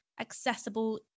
accessible